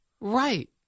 Right